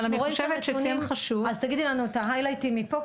אבל אני חושבת שכן חשוב --- אז תגידי לנו את ההיילייטים מפה,